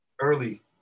early